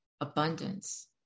abundance